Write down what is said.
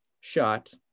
shot